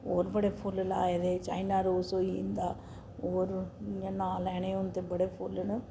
होर बड़े फुल्ल लाए दे चाइना रोज होई जंदा होर इ'यां नां लैने होन ते बड़े फुल्ल न